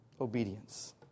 Obedience